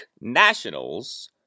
nationals